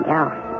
else